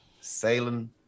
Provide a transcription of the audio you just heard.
sailing